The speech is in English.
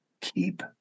Keep